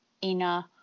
inner